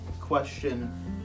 question